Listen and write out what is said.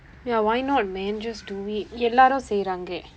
ya why not man just do it எல்லாரும் செய்றாங்க:ellaarum seyraangka